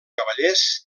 cavallers